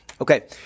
Okay